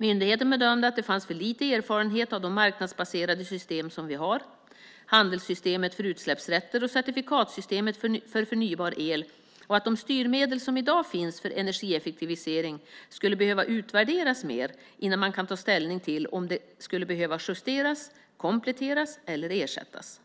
Myndigheten bedömde att det fanns för lite erfarenhet av de marknadsbaserade system som vi har - handelssystemet för utsläppsrätter och certifikatsystemet för förnybar el - och att de styrmedel som i dag finns för energieffektivisering skulle behöva utvärderas mer innan man kan ta ställning till om de skulle behöva justeras, kompletteras eller ersättas.